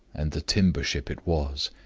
and the timber-ship it was.